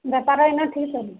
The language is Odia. ବେପାର ଏଇନେ ଠିକ୍ ଚାଲିଛି